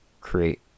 create